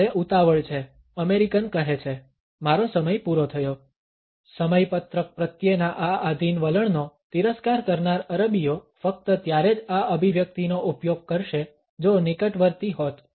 મારે ઉતાવળ છે અમેરિકન કહે છે મારો સમય પુરો થયો સમયપત્રક પ્રત્યેના આ આધીન વલણનો તિરસ્કાર કરનાર અરબીઓ ફક્ત ત્યારે જ આ અભિવ્યક્તિનો ઉપયોગ કરશે જો Refer time 2843 નિકટવર્તી હોત